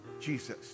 Jesus